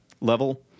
level